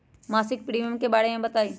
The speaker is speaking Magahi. मासिक प्रीमियम के बारे मे बताई?